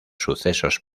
sucesos